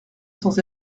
sans